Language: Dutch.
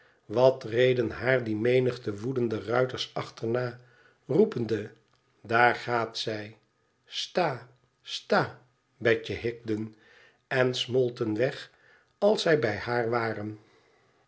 wat reden haar die menigte woedende ruiters achterna roepende daar gaat zij sta sta betje higden en smolten weg als zij bij haar waren